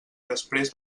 després